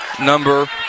number